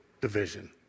division